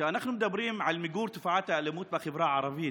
כשאנחנו מדברים על מיגור תופעת האלימות בחברה הערבית,